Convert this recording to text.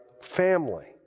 family